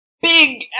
big